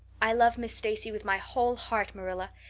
i love miss stacy with my whole heart, marilla.